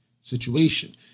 situation